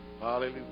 Hallelujah